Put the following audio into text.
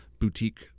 boutique